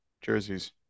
jerseys